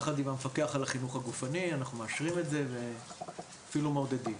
יחד עם המפקח על החינוך הגופני אנחנו מאשרים את זה ואפילו מעודדים.